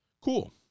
Cool